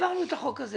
העברנו את החוק הזה.